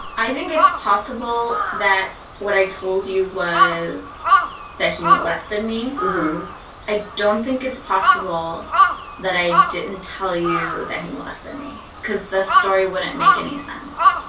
i think it's possible that what i told you was that he molested me i don't think it's possible that i didn't tell you that he molested me, because the story wouldn't make any sense.